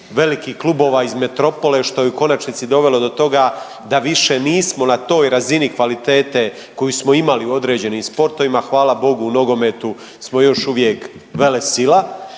velikih klubova iz metropole što je u konačnici dovelo do toga da više nismo na toj razini kvalitete koju smo imali u određenim sportovima, hvala Bogu u nogometu smo još uvijek velesila